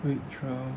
week twelve